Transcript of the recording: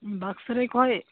ᱵᱟᱠᱥᱟᱨᱤ ᱠᱷᱚᱱ